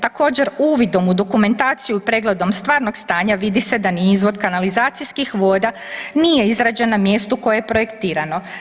Također uvidom u dokumentaciju i pregledom stvarnog stanja vidi se da ni izvod kanalizacijskih voda nije izrađen na mjestu koje je projektirano.